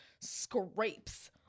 scrapes